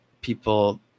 people